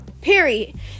Period